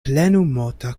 plenumota